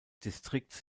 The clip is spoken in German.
distrikts